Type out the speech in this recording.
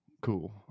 Cool